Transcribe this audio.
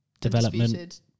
development